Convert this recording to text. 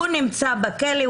הוא נמצא בכלא,